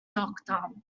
doctor